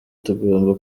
tugomba